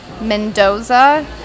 Mendoza